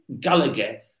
Gallagher